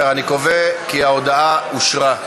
אני קובע כי ההודעה אושרה.